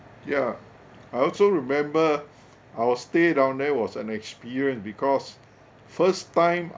ya I also remember our stay down there was an experience because first time